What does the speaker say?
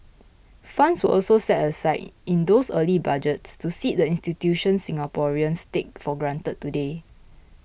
funds were also set aside in those early budgets to seed the institutions Singaporeans take for granted today